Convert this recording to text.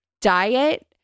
diet